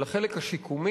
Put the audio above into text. של החלק השיקומי,